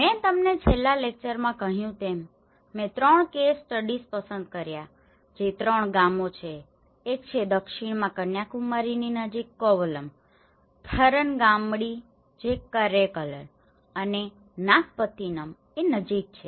મેં તમને છેલ્લા લેક્ચરમાં કહ્યું તેમ મેં ત્રણ કેસ સ્ટડીઝ પસંદ કર્યા છે જે ત્રણ ગામો છે એક છે દક્ષિણમાં કન્યાકુમારીની નજીક કોવલમ થરનગામબડી જે કરૈકલ અને નાગપત્તીનમ નજીક છે